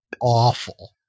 awful